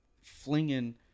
flinging